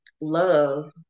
love